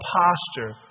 posture